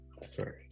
Sorry